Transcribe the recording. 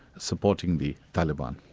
supporting the taliban.